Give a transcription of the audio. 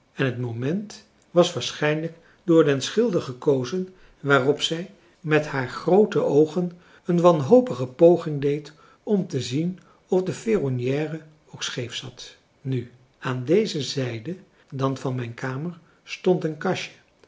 en het moment was waarschijnlijk door den schilder gekozen waarop zij met haar groote oogen een wanhopige poging deed om te zien of de ferronière ook scheef zat nu aan deze zijde dan van mijn kamer stond een kastje